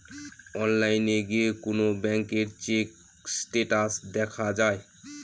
অনলাইনে গিয়ে কোন ব্যাঙ্কের চেক স্টেটাস দেখা যায়